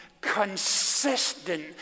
consistent